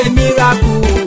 miracle